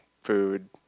food